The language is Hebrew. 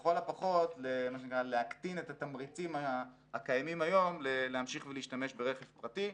ולכל הפחות להקטין את התמריצים הקיימים היום להמשיך ולהשתמש ברכב פרטי.